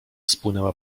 spłynęła